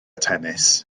tennis